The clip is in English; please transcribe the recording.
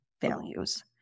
values